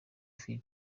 phibi